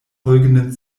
folgenden